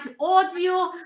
audio